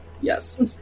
Yes